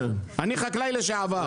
אני חקלאי לשעבר.